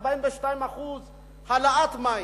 42% העלאת מחיר המים.